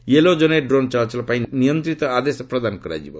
yellow ଜୋନ୍ରେ drone ଚଳାଚଳ ପାଇଁ ନିୟନ୍ତ୍ରିତ ଆଦେଶ ପ୍ରଦାନ କରାଯିବ